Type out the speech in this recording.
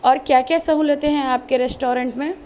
اور کیا کیا سہولتیں ہیں آپ کے ریسٹورینٹ میں